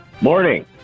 Morning